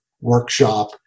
workshop